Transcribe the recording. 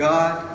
God